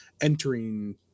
entering